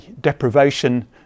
deprivation